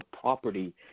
property